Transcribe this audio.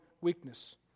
weakness